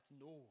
no